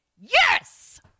Yes